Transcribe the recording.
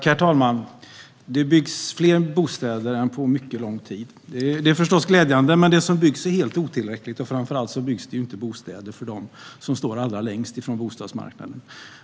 Herr talman! Det byggs nu fler bostäder än på mycket lång tid. Det är förstås glädjande, men det som byggs är helt otillräckligt och framför allt byggs det inte bostäder för dem som står allra längst ifrån bostadsmarknaden.